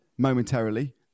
momentarily